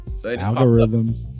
Algorithms